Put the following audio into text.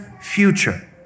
future